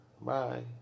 bye